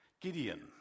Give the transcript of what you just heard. Gideon